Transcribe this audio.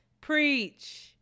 Preach